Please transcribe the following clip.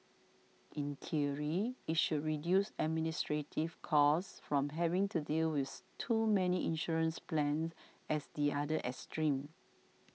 in theory it should reduce administrative costs from having to deal with too many insurance plans as the other extreme